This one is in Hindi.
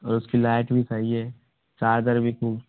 और उसकी लाइट भी सही है चार्जर भी ख़ूब